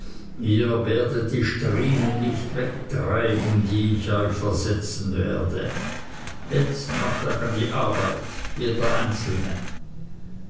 ihr werdet die striemen nicht wegreiben die ich euch versetzen werde jetzt macht euch an die arbeit jeder einzelne